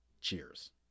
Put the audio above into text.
Cheers